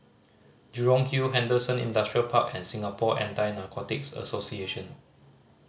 Jurong Hill Henderson Industrial Park and Singapore Anti Narcotics Association